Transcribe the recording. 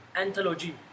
Anthology